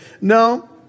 No